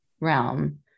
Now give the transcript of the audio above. realm